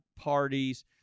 parties